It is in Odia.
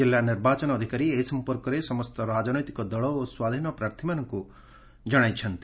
ଜିଲ୍ଲା ନିର୍ବାଚନ ଅଧିକାରୀ ଏ ସମ୍ପର୍କରେ ସମସ୍ତ ରାଜନୈତିକ ଦଳ ଏବଂ ସ୍ୱାଧୀନ ପ୍ରାର୍ଥୀମାନଙ୍କୁ ଜଶାଇଛନ୍ତି